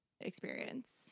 experience